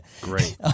Great